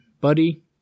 buddy